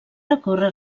recórrer